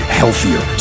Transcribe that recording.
healthier